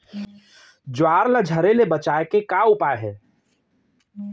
ज्वार ला झरे ले बचाए के का उपाय हे?